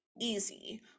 easy